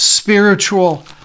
spiritual